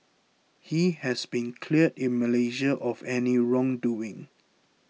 he has been cleared in Malaysia of any wrong doing